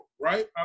right